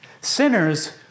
sinners